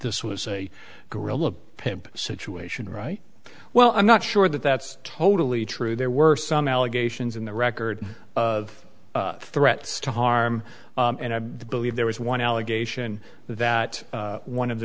this was a gorilla pimp situation right well i'm not sure that that's totally true there were some allegations in the record of threats to harm and i believe there was one allegation that one of the